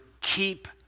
keep